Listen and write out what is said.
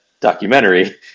documentary